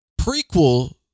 prequel